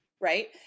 right